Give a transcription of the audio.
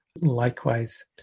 Likewise